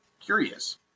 curious